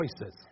choices